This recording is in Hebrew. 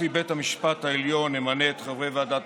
נשיא בית המשפט העליון ימנה את חברי ועדת